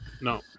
no